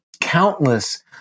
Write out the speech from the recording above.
countless